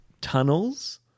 tunnels